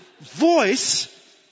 voice